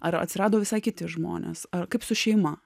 ar atsirado visai kiti žmonės ar kaip su šeima